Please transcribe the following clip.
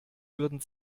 würden